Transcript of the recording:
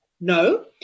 no